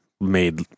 made